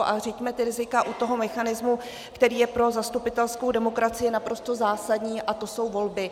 Ale řiďme rizika u toho mechanismu, který je pro zastupitelskou demokracii naprosto zásadní, a to jsou volby.